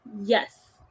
Yes